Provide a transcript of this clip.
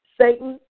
Satan